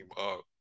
up